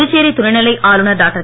புதுச்சேரி துணைநிலை ஆளுனர் டாக்டர்